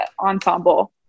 ensemble